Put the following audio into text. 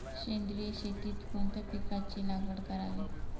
सेंद्रिय शेतीत कोणत्या पिकाची लागवड करावी?